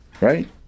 right